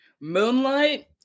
Moonlight